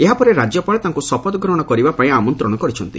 ଏହା ପରେ ରାଜ୍ୟପାଳ ତାଙ୍କୁ ଶପଥ ଗ୍ରହଣ କରିବା ପାଇଁ ଆମନ୍ତ୍ରଣ କରିଛନ୍ତି